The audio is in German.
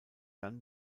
dann